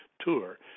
tour